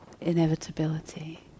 inevitability